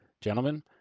Gentlemen